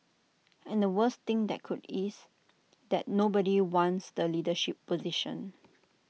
and the worst thing that could is that nobody wants the leadership position